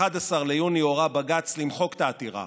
ב-11 ביוני הורה בג"ץ למחוק את העתירה